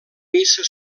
missa